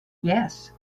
yes